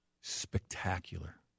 spectacular